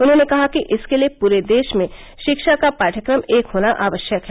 उन्होंने कहा कि इसके लिए पूरे देश में शिक्षा का पाठ्यक्रम एक होना आवश्यक है